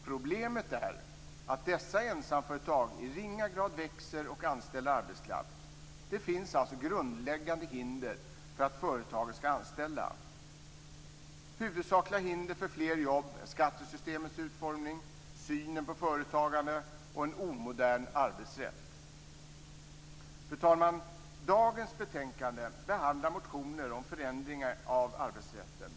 Problemet är att dessa ensamföretag i ringa grad växer och anställer arbetskraft. Det finns alltså grundläggande hinder för att företagen skall anställa. Huvudsakliga hinder för fler jobb är skattesystemets utformning, synen på företagandet och en omodern arbetsrätt. Fru talman! Dagens betänkande behandlar motioner om förändring av arbetsrätten.